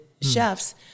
chefs